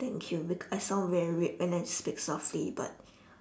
thank you beca~ I sound very weird when I speak softly but